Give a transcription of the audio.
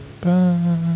bye